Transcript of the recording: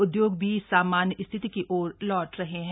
उद्योग भी सामान्य स्थिति की ओर लौट रहे हैं